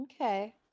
Okay